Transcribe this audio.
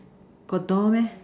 got door meh